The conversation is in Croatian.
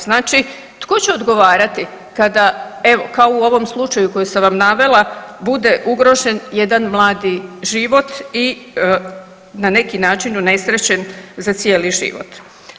Znači, tko će odgovarati kada evo kao u ovom slučaju koji sam vam navela bude ugrožen jedan mladi život i na neki način unesrećen za cijeli život?